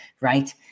right